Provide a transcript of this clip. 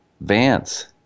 Vance